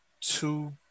two